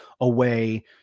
away